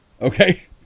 Okay